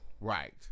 Right